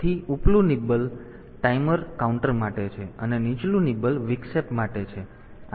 તેથી ઉપલું nibble timer counter માટે છે અને નીચલું નિબલ વિક્ષેપ માટે છે